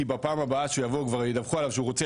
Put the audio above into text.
כי בפעם הבאה שהוא יבוא כבר ידווחו עליו שהוא רוצה